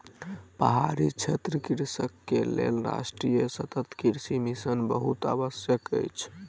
पहाड़ी क्षेत्रक कृषक के लेल राष्ट्रीय सतत कृषि मिशन बहुत आवश्यक अछि